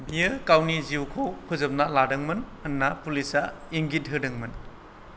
बियो गावनि जिउखौ फोजोबना लादोंमोन होनना पुलिसा इंगिथ होदोंमोन